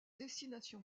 destination